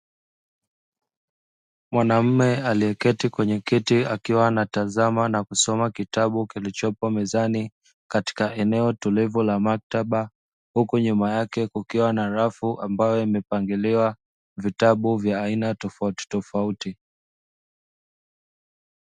Mwanamme aliyeketi kwenye keti akiwa anatazama na kusoma kitabu kilichopo mezani katika eneo tulivu la maktaba, huku nyuma yake kukiwa na rafu ambayo imepangiliwa vitabu vya aina tofautitofauti.